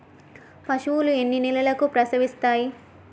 పశువులు ఎన్ని నెలలకు ప్రసవిస్తాయి?